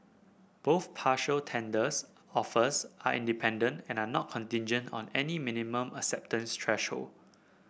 both partial tenders offers are independent and are not contingent on any minimum acceptance threshold